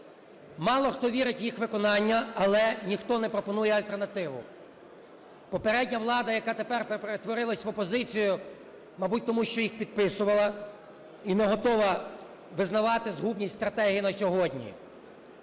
Мало хто вірить в їх виконання, але ніхто не пропонує альтернативу. Попередня влада, яка тепер перетворилась в опозицію, мабуть, тому, що їх підписувала і не готова визнавати згубність стратегії на сьогодні.